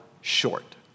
short